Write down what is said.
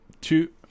two